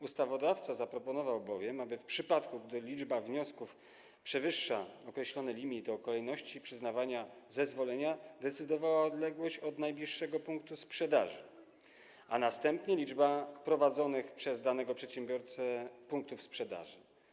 Ustawodawca zaproponował bowiem, aby w przypadku gdy liczba wniosków przewyższa określony limit, o kolejności przyznawania zezwolenia decydowała odległość od najbliższego punktu sprzedaży, a następnie liczba prowadzonych przez danego przedsiębiorcę punktów sprzedaży.